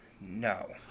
No